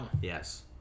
Yes